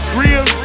real